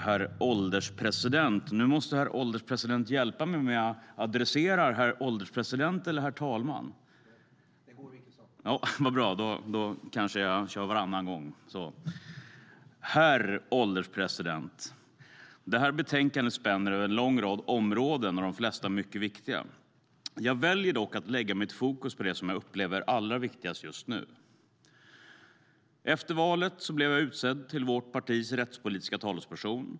Herr ålderspresident! Betänkandet spänner över en lång rad områden, de flesta mycket viktiga. Jag väljer dock att lägga mitt fokus på det som jag upplever är allra viktigast just nu. Efter valet blev jag utsedd till vårt partis rättspolitiska talesperson.